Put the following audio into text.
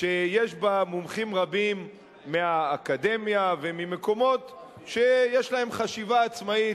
שיש בה מומחים רבים מהאקדמיה וממקומות שיש להם חשיבה עצמאית.